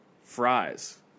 Fries